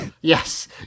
Yes